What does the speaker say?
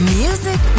music